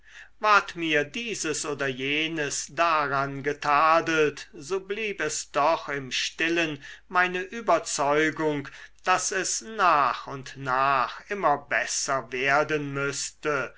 ward mir dieses oder jenes daran getadelt so blieb es doch im stillen meine überzeugung daß es nach und nach immer besser werden müßte